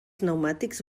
pneumàtics